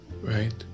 right